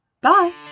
Bye